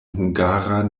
hungara